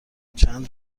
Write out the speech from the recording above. چند